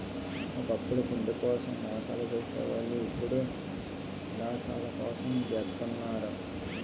ఒకప్పుడు తిండి కోసం మోసాలు సేసే వాళ్ళు ఇప్పుడు యిలాసాల కోసం జెత్తన్నారు